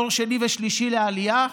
אנחנו, דור שני ושלישי לעלייה,